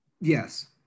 Yes